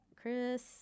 Chris